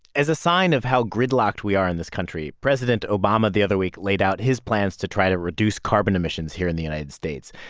as a sign of how gridlocked we are in this country, president obama the other week laid out his plans to try to reduce carbon emissions here in the united states.